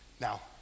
Now